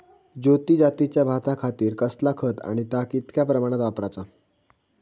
ज्योती जातीच्या भाताखातीर कसला खत आणि ता कितक्या प्रमाणात वापराचा?